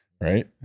Right